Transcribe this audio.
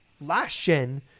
last-gen